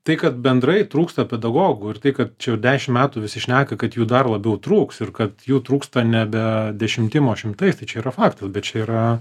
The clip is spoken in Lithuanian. tai kad bendrai trūksta pedagogų ir tai kad čia jau dešimt metų visi šneka kad jų dar labiau trūks ir kad jų trūksta nebe dešimtim o šimtais tai čia yra faktas bet čia yra